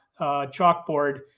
chalkboard